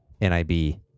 N-I-B